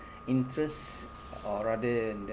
interest or rather the